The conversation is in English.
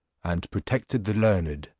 and protected the learned,